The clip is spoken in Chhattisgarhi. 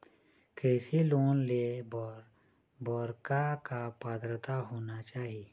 कृषि लोन ले बर बर का का पात्रता होना चाही?